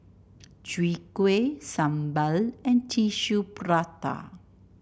Chwee Kueh sambal and Tissue Prata